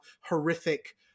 horrific